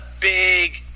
big